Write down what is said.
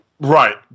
Right